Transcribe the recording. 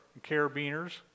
carabiners